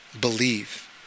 believe